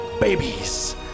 Babies